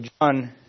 John